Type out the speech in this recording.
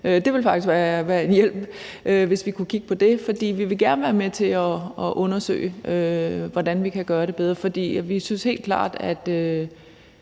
Det ville faktisk være en hjælp, hvis vi kunne kigge på det, for vi vil gerne være med til at undersøge, hvordan vi kan gøre det bedre, for vi synes helt klart, at